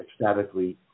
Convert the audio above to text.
ecstatically